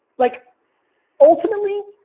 like ultimately,